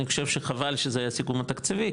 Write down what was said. אני חושב שחבל שזה הסיכום התקציבי,